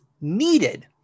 needed